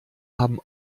haben